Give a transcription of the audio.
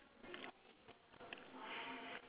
eh you have a word called S H O O T